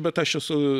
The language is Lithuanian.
bet aš esu